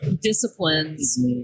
disciplines